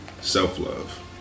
self-love